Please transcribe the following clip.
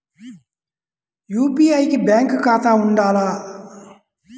UPI కి bank ఖాతా ఉండాల?